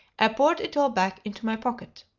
i poured it all back into my pocket.